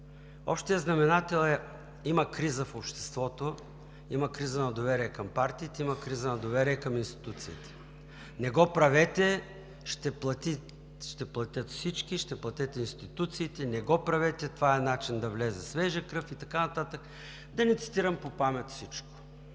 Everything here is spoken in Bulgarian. Общият знаменател е: има криза в обществото, има криза на доверие към партиите, има криза на доверие към институциите. Не го правете – ще платят всички, ще платят институциите, не го правете, това е начин да влезе свежа кръв, и така нататък, да не цитирам по памет всичко.